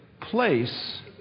place